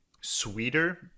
sweeter